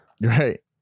Right